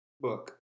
book